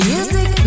Music